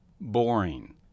Boring